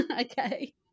Okay